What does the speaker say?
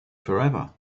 forever